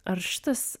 ar šitas